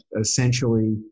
essentially